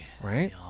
right